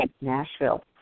Nashville